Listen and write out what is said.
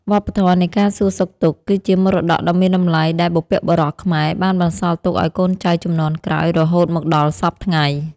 វប្បធម៌នៃការសួរសុខទុក្ខ គឺជាមរតកដ៏មានតម្លៃដែលបុព្វបុរសខ្មែរបានបន្សល់ទុកឱ្យកូនចៅជំនាន់ក្រោយរហូតមកដល់សព្វថ្ងៃ។